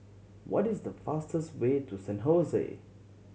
what is the fastest way to San Hose